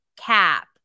cap